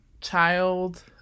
child